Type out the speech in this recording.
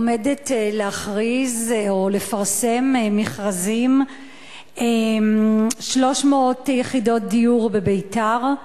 עומדת להכריז או לפרסם מכרזים ל-300 יחידות דיור בביתר,